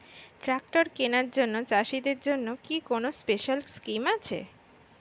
Tractor কেনার জন্য চাষিদের জন্য কি কোনো স্পেশাল স্কিম আছে?